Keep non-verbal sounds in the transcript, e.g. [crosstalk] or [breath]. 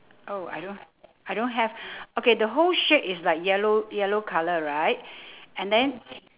oh I don't I don't have [breath] okay the whole shape is like yellow yellow colour right [breath] and then